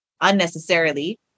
unnecessarily